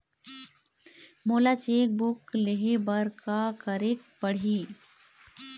मोला cheque book लेहे बर का केरेक पढ़ही?